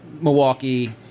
Milwaukee